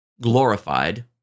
glorified